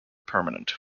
permanent